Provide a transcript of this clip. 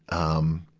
um,